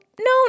no